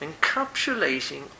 encapsulating